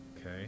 Okay